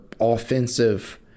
offensive